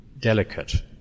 delicate